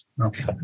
Okay